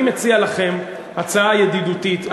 אני מציע לכם הצעה ידידותית,